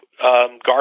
guard